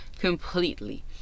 completely